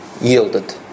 yielded